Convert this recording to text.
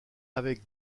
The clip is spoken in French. avec